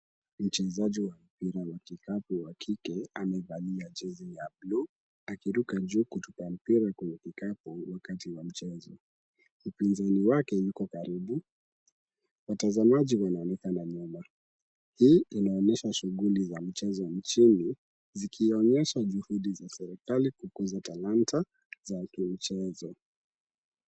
Mchezaji, wa mpria wa kikapu wa kike amevalia Jezzy ya bluu, akiruka juu kutupa mpira kwa kikapu wakati wa mchezo. Mpinzani wake yuko karibu, watazamaji wanaonekana nyuma. Hii inaonesha shughuli za mchezo Nchini zikionyesha juhudi za serikali kukuza talanta za kimchezo.